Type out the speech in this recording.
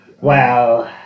Wow